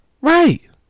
Right